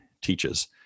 teaches